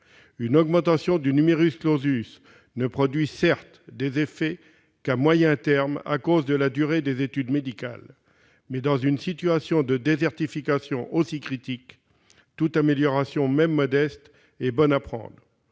une augmentation du ne produit des effets qu'à moyen terme, du fait de la durée des études médicales. Mais, dans une situation de désertification aussi critique, toute amélioration- même modeste -est bonne à prendre.